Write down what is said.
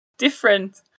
different